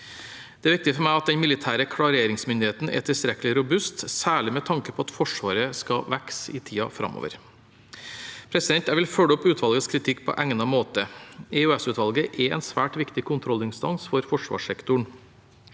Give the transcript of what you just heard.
for Forsvaret for 2023 3875 ringsmyndigheten er tilstrekkelig robust, særlig med tanke på at Forsvaret skal vokse i tiden framover. Jeg vil følge opp utvalgets kritikk på egnet måte. EOS-utvalget er en svært viktig kontrollinstans for forsvarssektoren.